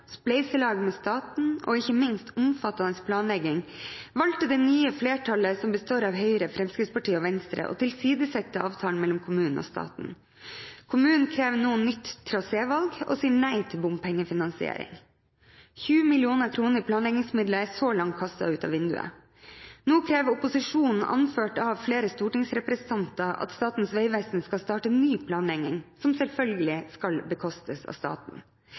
spleiselag med staten og ikke minst omfattende planlegging valgte det nye flertallet, som består av Høyre, Fremskrittspartiet og Venstre, å tilsidesette avtalen mellom kommunen og staten. Kommunen krever nå nytt trasévalg og sier nei til bompengefinansiering. 20 mill. kr i planleggingsmidler er så langt kastet ut av vinduet. Nå krever opposisjonen, anført av flere stortingsrepresentanter, at Statens vegvesen skal starte ny planlegging, som selvfølgelig skal bekostes av staten.